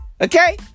Okay